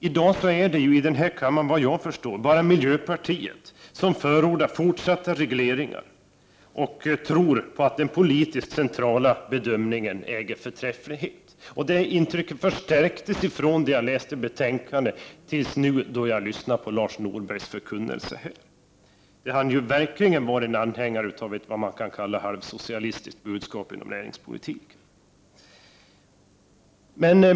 I dag är det här i kammaren, vad jag förstår, bara miljöpartiet som förordar fortsatta regleringar och tror på den politiska centrala bedömningens förträfflighet. Det intryck jag fick då jag läste betänkandet förstärktes nu, när jag lyssnade till Lars Norbergs förkunnelse här. Han är verkligen en anhängare av vad man kan kalla ett halvsocialistiskt budskap inom näringspolitiken.